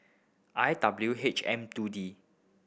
I W H M two D